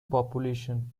population